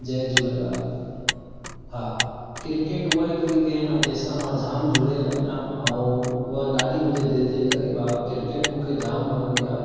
जय झूलेलाल हा क्रिकेट हूअ हिकिड़ी गेम आहे जंहिंसां मां जामु जुड़ियलु आहियां ऐं उहा ॾाढी मुंहिंजे दिलि जे क़रीबु आहे क्रिकेट मूंखे जामु वणंदी आहे